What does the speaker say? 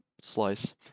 Slice